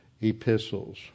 epistles